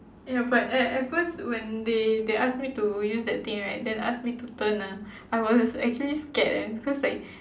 ya but at at first when they they ask me to use that thing right then ask me to turn ah I was actually scared eh because like